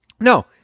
No